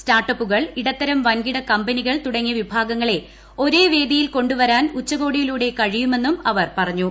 സ്റ്റാർട്ടപ്പുകൾ ഇടത്തരം വൻകിട കമ്പനികൾ തുടങ്ങിയ വിഭാഗങ്ങളെ ഒരേ വേദിയിൽ കൊണ്ടുവരാൻ ഉച്ചകോടിയിലൂടെ കഴിയുമെന്നും അവർ പറഞ്ഞു